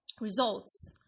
results